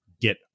get